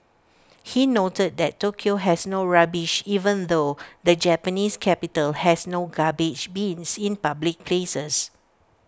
he noted that Tokyo has no rubbish even though the Japanese capital has no garbage bins in public places